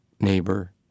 neighbor